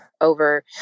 over